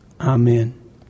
Amen